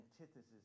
Antithesis